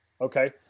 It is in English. Okay